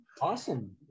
Awesome